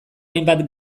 hainbat